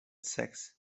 sex